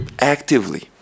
actively